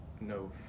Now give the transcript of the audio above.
no